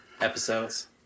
episodes